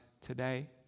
today